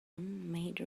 made